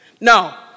no